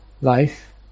life